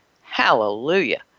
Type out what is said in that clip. Hallelujah